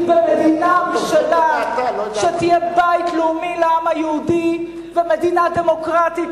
מדינה משלנו שתהיה בית לאומי לעם היהודי ומדינה דמוקרטית,